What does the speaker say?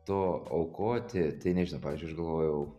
to aukoti tai nežinau pavyzdžiui aš galvojau